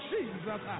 Jesus